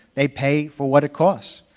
they pay for what it costs,